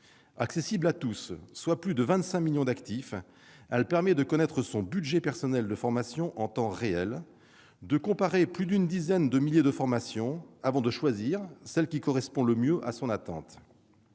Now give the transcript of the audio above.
Accessible à tous, soit à plus de 25 millions d'actifs, elle permet de connaître son budget personnel de formation en temps réel, de comparer plus d'une dizaine de milliers de formations, avant de choisir celle qui correspond le mieux à ses attentes.